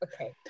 okay